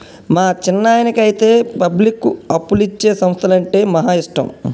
మా చిన్నాయనకైతే పబ్లిక్కు అప్పులిచ్చే సంస్థలంటే మహా ఇష్టం